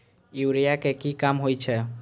Urea के की काम होई छै?